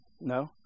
no